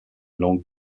langue